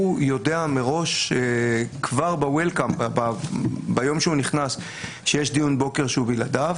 הוא יודע מראש כבר ביום הוא נכנס שיש דיון בוקר שהוא בלעדיו